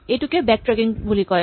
এইটোকে বেকট্ৰেকিং বুলি কয়